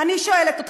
אני שואלת אתכם,